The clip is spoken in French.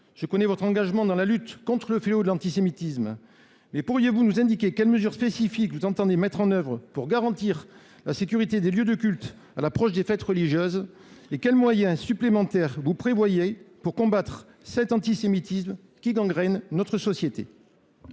je connais votre engagement dans la lutte contre ce fléau qu’est l’antisémitisme. Pourriez vous nous indiquer les mesures spécifiques que vous entendez mettre en œuvre pour garantir la sécurité des lieux de culte à l’approche des fêtes religieuses ? Quels moyens supplémentaires prévoyez vous pour combattre cet antisémitisme qui gangrène notre société ?